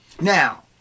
Now